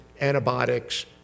antibiotics